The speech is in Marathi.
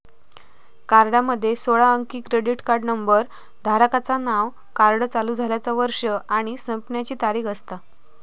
कार्डामध्ये सोळा अंकी क्रेडिट कार्ड नंबर, धारकाचा नाव, कार्ड चालू झाल्याचा वर्ष आणि संपण्याची तारीख असता